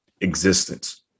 existence